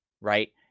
right